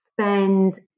spend